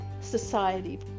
society